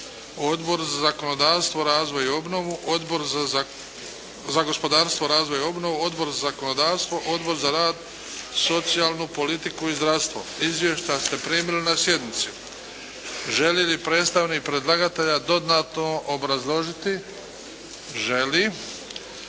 Odbor za zakonodavstvo, razvoj i obnovu, Odbor za gospodarstvo, razvoj i obnovu, Odbor za zakonodavstvo, Odbor za rad, socijalnu politiku i zdravstvo. Izvješća ste primili na sjednici. Želi li predstavnik predlagatelja dodatno obrazložiti? Želi.